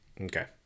Okay